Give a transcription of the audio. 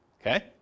okay